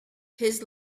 his